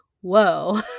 whoa